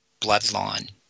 bloodline